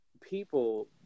people